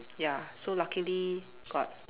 ya so luckily got